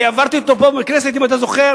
אני העברתי אותו פה בכנסת, ואם אתה זוכר,